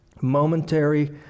Momentary